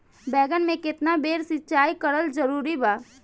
बैगन में केतना बेर सिचाई करल जरूरी बा?